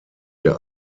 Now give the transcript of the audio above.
der